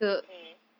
mm